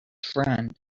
friend